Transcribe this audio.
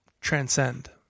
transcend